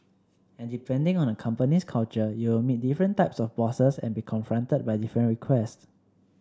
and depending on a company's culture you will meet different types of bosses and be confronted by different requests